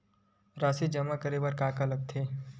राशि जमा करे बर का का लगथे?